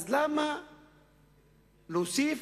אז למה להוסיף